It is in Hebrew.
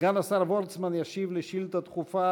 סגן השר וורצמן ישיב על שאילתה דחופה